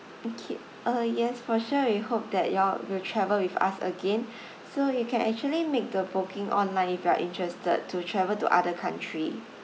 okay uh yes for sure we hope that you all will travel with us again so you can actually make the booking online if you are interested to travel to other country